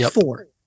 Four